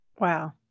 Wow